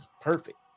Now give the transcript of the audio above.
Perfect